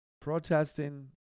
protesting